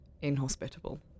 inhospitable